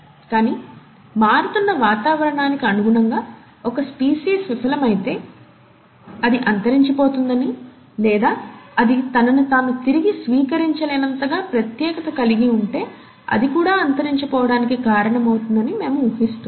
కానీ మారుతున్న వాతావరణానికి అనుగుణంగా ఒక స్పీసీస్ విఫలమైతే అది అంతరించిపోతుందని లేదా అది తనను తాను తిరిగి స్వీకరించలేనంతగా ప్రత్యేకత కలిగి ఉంటే అది కూడా అంతరించిపోవడానికి కారణమవుతుందని మేము ఊహిస్తున్నాము